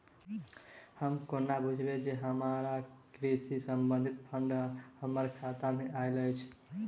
हम कोना बुझबै जे हमरा कृषि संबंधित फंड हम्मर खाता मे आइल अछि?